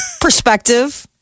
Perspective